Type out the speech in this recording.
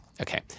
Okay